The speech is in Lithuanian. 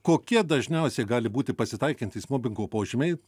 kokie dažniausiai gali būti pasitaikantys mobingo požymiai